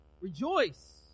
Rejoice